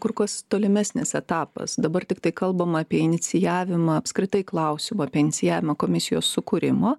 kur kas tolimesnis etapas dabar tiktai kalbama apie inicijavimą apskritai klausimą apie inicijavimą komisijos sukūrimo